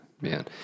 man